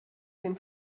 den